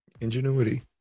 Ingenuity